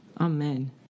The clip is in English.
Amen